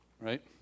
right